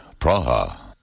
Praha